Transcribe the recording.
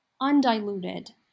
undiluted